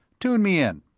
tune me in.